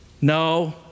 No